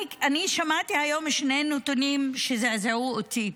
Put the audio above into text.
אני שמעתי היום שני נתונים שזעזעו אותי: